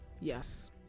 Yes